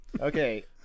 Okay